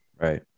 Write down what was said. Right